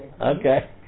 Okay